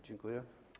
Dziękuję.